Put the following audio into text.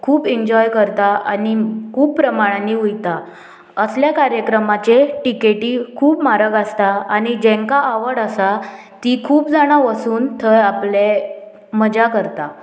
खूब एन्जॉय करता आनी खूब प्रमाणानी वयता असल्या कार्यक्रमाचे टिकेटी खूब म्हारग आसता आनी जांकां आवड आसा ती खूब जाणां वसून थंय आपले मजा करता